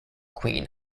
queen